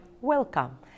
welcome